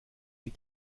die